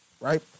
right